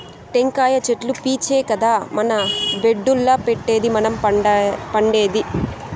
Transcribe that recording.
టెంకాయ చెట్లు పీచే కదా మన బెడ్డుల్ల పెట్టేది మనం పండేది